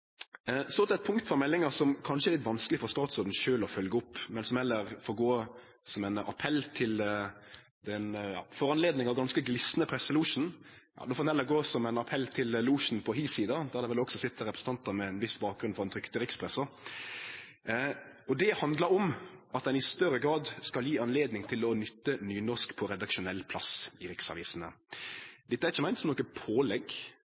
Så til eit punkt frå meldinga som kanskje er litt vanskeleg for statsråden sjølv å følgje opp, men som heller får gå som ein appell til den for anledninga ganske glisne presselosjen, eller kanskje heller til losjen på den andre sida, der det vel også sit representantar med ein viss bakgrunn frå den trykte rikspressa, og det handlar om at ein i større grad skal gje anledning til å nytte nynorsk på redaksjonell plass i riksavisene. Dette er ikkje meint som noko pålegg